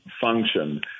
function